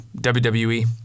WWE